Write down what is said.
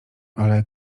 ale